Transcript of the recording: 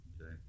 Okay